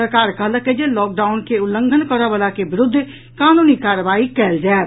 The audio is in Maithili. सरकार कहलक अछि जे लॉक डाउन के उल्लंघन करऽ वला के विरूद्ध कानूनी कार्रवाई कयल जायत